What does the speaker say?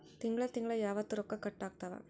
ತಿಂಗಳ ತಿಂಗ್ಳ ಯಾವತ್ತ ರೊಕ್ಕ ಕಟ್ ಆಗ್ತಾವ?